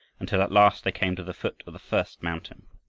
until at last they came to the foot of the first mountain.